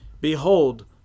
Behold